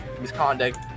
misconduct